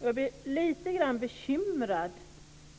Jag blir lite bekymrad